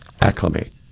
acclimate